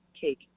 cake